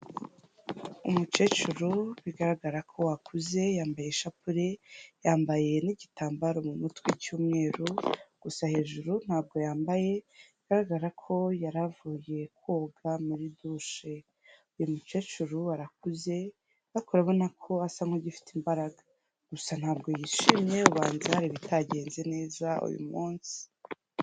Umukecuru bigaragara ko akuze, yambaye ishapure, yambaye n'igitambaro mu mutwe cy'umweru, gusa hejuru ntabwo yambaye bigaragara ko yari avuye koga muri dushe, uyu mukecuru arakuze ariko urabona ko asa nk'ugifite imbaraga, gusa ntabwo yishimye kubanza hari ibitagenze neza uyu munsi.